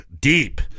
deep